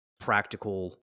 practical